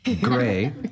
Gray